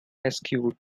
eschewed